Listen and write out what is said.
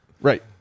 Right